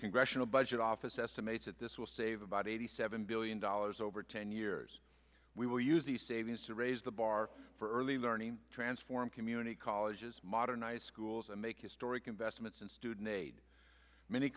congressional budget office estimates that this will save about eighty seven billion dollars over ten years we will use the savings to raise the bar for early learning transform community colleges modernize schools and make historic investments in student aid many